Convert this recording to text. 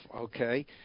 okay